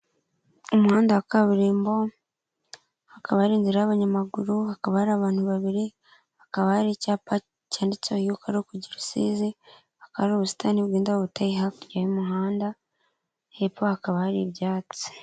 Umuhanda wa kaburimbo, hakaba hari inzira y'abanyamaguru, hakaba hari abantu babiri, hakaba hari icyapa cyanditseho yuko ari ukujya i Rusizi, hakaba hari ubusitani bw'indabo buteye hakurya y'umuhanda, hepfo hakaba hari ibyatsi.